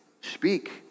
speak